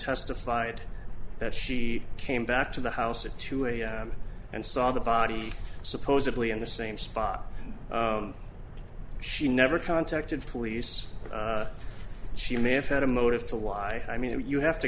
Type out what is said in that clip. testified that she came back to the house at two am and saw the body supposedly in the same spot she never contacted police she may have had a motive to lie i mean you have to